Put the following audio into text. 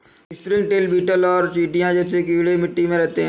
springtail, beetle और चींटियां जैसे कीड़े मिट्टी में रहते हैं